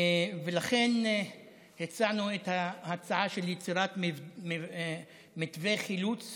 ולכן הצענו הצעה של יצירת מתווה חילוץ